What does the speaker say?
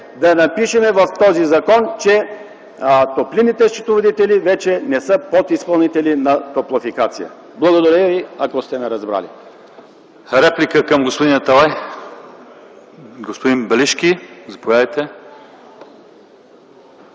да напишем в този закон, че топлинните счетоводители вече не са подизпълнители на „Топлофикация”. Благодаря ви, ако сте ме разбрали.